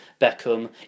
Beckham